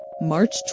March